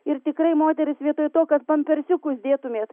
ir tikrai moterys vietoj to kad pampersiukus dėtumėt